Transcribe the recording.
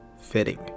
fitting